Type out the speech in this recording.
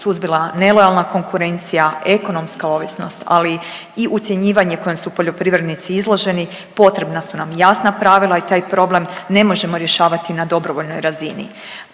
suzbila nelojalna konkurencija, ekonomska ovisnost, ali i ucjenjivanje kojem su poljoprivrednici izloženi. Potrebna su nam jasna pravila i taj problem ne možemo rješavati na dobrovoljnoj razini.